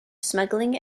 smuggling